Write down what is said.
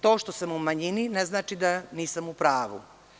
To što sam u manjini, ne znači da nisam u pravu.